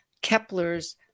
Kepler's